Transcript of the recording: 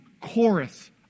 chorus